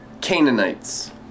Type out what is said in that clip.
Canaanites